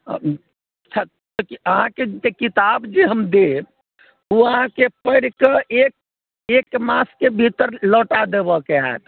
अहाँकेँ जे किताब जे हम देब ओ अहाँकेँ पढ़ि कऽ एक मासके भीतर लौटा देबऽके होएत